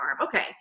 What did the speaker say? Okay